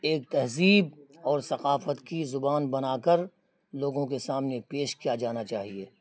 ایک تہذیب اور ثقافت کی زبان بنا کر لوگوں کے سامنے پیش کیا جانا چاہیے